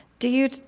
do you